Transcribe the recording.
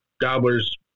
gobblers